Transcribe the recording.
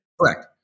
Correct